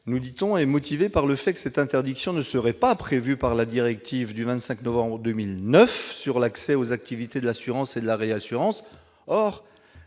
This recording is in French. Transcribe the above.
nous dit-on, par le fait que cette interdiction ne serait pas prévue par la directive du 25 novembre 2009 sur l'accès aux activités de l'assurance et de la réassurance et